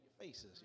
faces